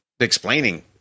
explaining